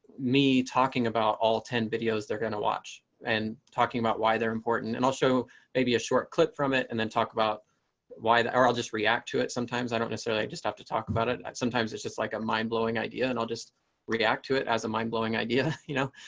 me talking about all ten videos they're going to watch and talking about why they're important. and i'll show maybe a short clip from it and then talk about why they are i'll just react to it sometimes. i don't know. so i like just have to talk about it. sometimes it's just like a mind blowing idea and i'll just react to it as a mind blowing idea, you know,